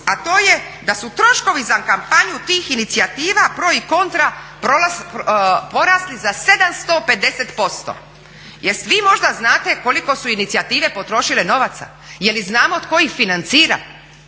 a to je da su troškovi za kampanju tih inicijativa pro i kontra porasli za 750%. Jel vi možda znate koliko su inicijative potrošile novaca? Je li znamo tko ih financira?